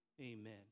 Amen